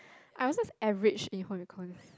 I also average in home econs